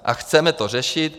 A chceme to řešit.